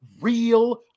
real